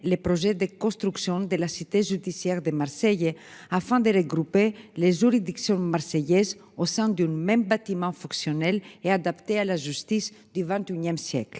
les projets de construction de la cité judiciaire de Marseille, afin de regrouper les juridictions marseillaise au sein d'une même bâtiment fonctionnel et adapté à la justice du XXIe siècle.